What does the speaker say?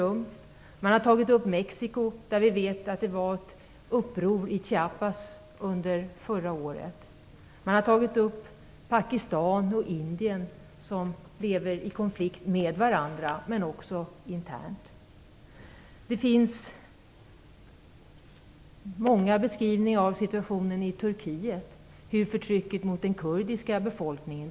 Man har tagit upp Mexico, där det var ett uppror i Chiapas förra året. Man har vidare tagit upp Pakistan och Indien, som lever i konflikt med varandra men som också har konflikter internt. Det finns många beskrivningar av situationen i Turkiet och förtrycket mot den kurdiska befolkningen.